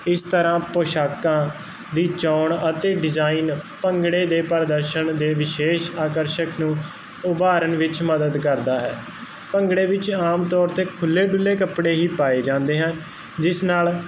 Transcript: ਇਸ ਤਰ੍ਹਾਂ ਪੁਸ਼ਾਕਾਂ ਦੀ ਚੋਣ ਅਤੇ ਡਿਜ਼ਾਇਨ ਭੰਗੜੇ ਦੇ ਪ੍ਰਦਰਸ਼ਨ ਦੇ ਵਿਸ਼ੇਸ਼ ਆਕਰਸ਼ਕ ਨੂੰ ਉਭਾਰਨ ਵਿੱਚ ਮਦਦ ਕਰਦਾ ਹੈ ਭੰਗੜੇ ਵਿੱਚ ਆਮ ਤੌਰ 'ਤੇ ਖੁੱਲੇ ਡੁੱਲੇ ਕੱਪੜੇ ਹੀ ਪਾਏ ਜਾਂਦੇ ਹਨ ਜਿਸ ਨਾਲ